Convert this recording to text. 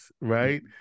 right